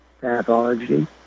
pathology